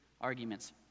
arguments